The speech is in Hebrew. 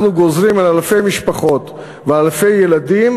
אנחנו גוזרים על אלפי משפחות ואלפי ילדים